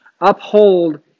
uphold